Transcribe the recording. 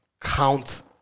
count